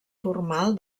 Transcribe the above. formal